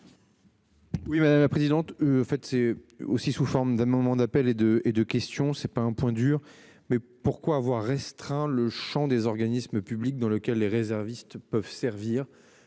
Oui madame la présidente. En fait c'est aussi sous forme d'un moment d'appel et de et de questions. C'est pas un point dur, mais pourquoi avoir restreint le Champ des organismes. Le public dans lequel les réservistes peuvent servir